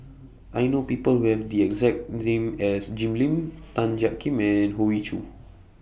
I know People Who Have The exact name as Jim Lim Tan Jiak Kim and Hoey Choo